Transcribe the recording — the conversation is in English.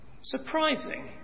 surprising